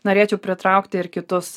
norėčiau pritraukti ir kitus